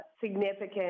significant